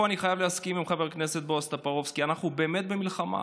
פה אני חייב להסכים עם חבר הכנסת בועז טופורובסקי: אנחנו באמת במלחמה.